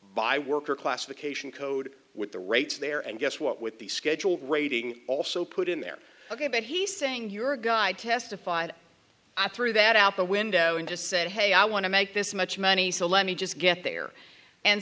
by worker classification code with the rates there and guess what with the schedule rating also put in there ok but he's saying your guy testified i threw that out the window and just said hey i want to make this much money so let me just get there and